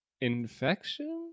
infection